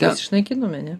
mes išnaikinome ne